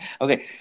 Okay